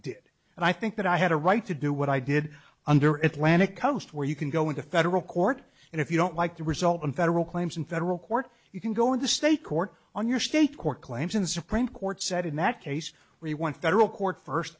did and i think that i had a right to do what i did under atlanta coast where you can go into federal court and if you don't like the result in federal claims in federal court you can go in the state court on your state court claims in the supreme court said in that case we want federal court first